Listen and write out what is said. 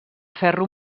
ferro